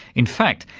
in fact,